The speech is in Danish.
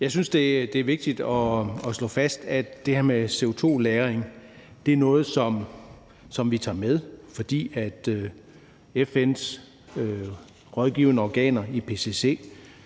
Jeg synes, det er vigtigt at slå fast, at det her med CO2-lagring er noget, som vi tager med, fordi FN's rådgivende organer, IPCC,